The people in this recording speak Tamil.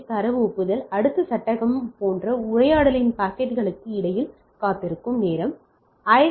எஸ் தரவு ஒப்புதல் அடுத்த சட்டகம் போன்ற உரையாடலின் பாக்கெட்டுகளுக்கு இடையில் காத்திருக்கும் நேரம் ஐ